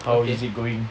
how is it going